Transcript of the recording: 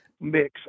mix